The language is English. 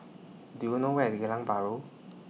Do YOU know Where IS Geylang Bahru